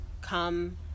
come